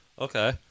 Okay